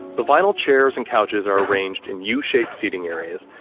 the vinyl chairs and couches are arranged in u-shaped seating areas.